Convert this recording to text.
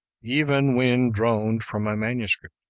even when droned from a manuscript.